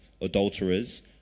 adulterers